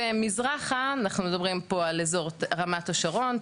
ומזרחה אנחנו מדברים פה על אזור רמת השרון,